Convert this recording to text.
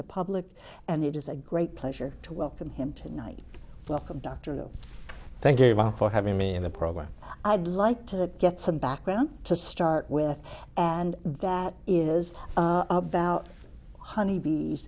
the public and it is a great pleasure to welcome him tonight welcome dr no thank you for having me in the program i'd like to get some background to start with and that is about honey bee